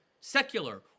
secular